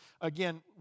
again